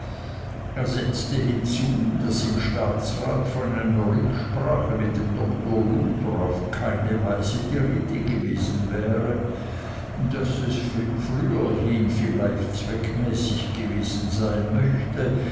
er setzte hinzu daß im staatsrat von einer rücksprache mit dem doktor luther auf keine weise die rede gewesen wäre daß es früherhin vielleicht zweckmäßig gewesen sein möchte